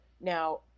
Now